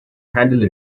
handle